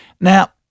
Now